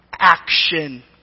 action